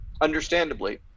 understandably